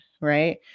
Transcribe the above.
right